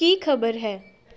ਕੀ ਖਬਰ ਹੈ